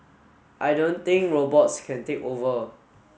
I don't think robots can take over